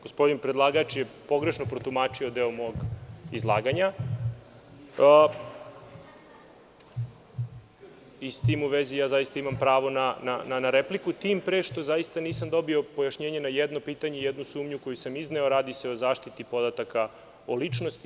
Gospodin predlagač je pogrešno protumačio deo mog izlaganja i s tim u vezi ja zaista imam pravo na repliku, tim pre što zaista nisam dobio pojašnjenje na jedno pitanje i jednu sumnju koju sam izneo, a radi se o zaštiti podataka o ličnosti.